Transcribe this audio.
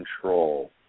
control